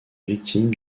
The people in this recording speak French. victime